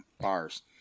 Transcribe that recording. bars